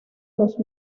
los